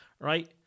Right